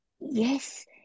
Yes